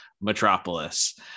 Metropolis